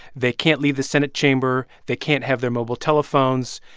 they can't leave the senate chamber. they can't have their mobile telephones.